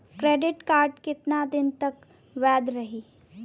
Credit card कितना दिन तक वैध रही?